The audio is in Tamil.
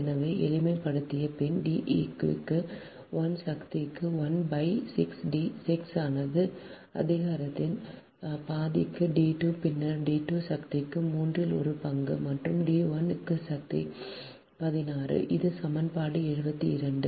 எனவே எளிமைப்படுத்திய பின் D eq 2 க்கு 1 சக்தி 1 பை 6 D D ஆனது அதிகாரத்தின் பாதிக்கு d2 பின்னர் d2 சக்திக்கு மூன்றில் ஒரு பங்கு மற்றும் d1 க்கு சக்தி 1 6 இது சமன்பாடு 72